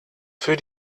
für